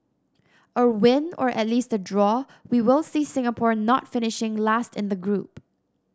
a win or at least a draw we will see Singapore not finishing last in the group